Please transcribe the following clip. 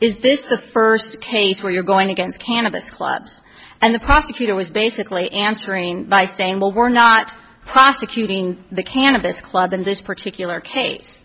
is this the first case where you're going against cannabis clubs and the prosecutor was basically answering by saying well we're not prosecuting the cannabis club in this particular case